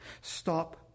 Stop